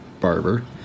barber